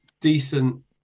decent